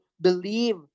believe